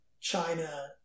China